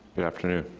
good afternoon.